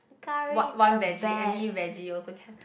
what one vege any vege also can